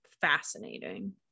Fascinating